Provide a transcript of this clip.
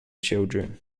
children